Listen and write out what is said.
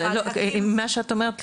מה שאת אומרת,